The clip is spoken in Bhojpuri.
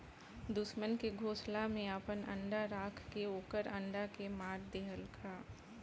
दुश्मन के घोसला में आपन अंडा राख के ओकर अंडा के मार देहलखा